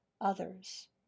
others